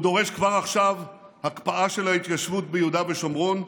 הוא דורש כבר עכשיו הקפאה של ההתיישבות ביהודה ושומרון,